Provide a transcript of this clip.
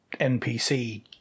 NPC